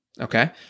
Okay